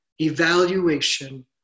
evaluation